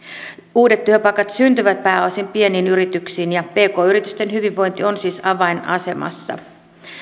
uudet työpaikat syntyvät pääosin pieniin yrityksiin ja pk yritysten hyvinvointi on siis avainasemassa